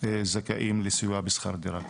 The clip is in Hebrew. זכאים לסיוע בשכר דירה,